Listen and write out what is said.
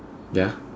ya